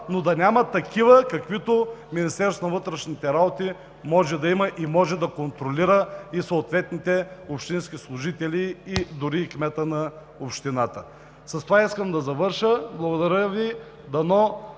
но да не са такива, каквито има Министерството на вътрешните работи – да може да контролира съответните общински служители дори и кмета на общината. С това искам да завърша. Благодаря Ви.